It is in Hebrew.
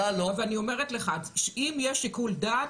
לא --- אני אומרת לך שאם יש שיקול דעת,